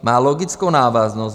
Má logickou návaznost.